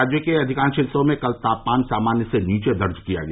राज्य के अधिकांश हिस्सों में कल तापमान सामान्य से नीचे दर्ज किया गया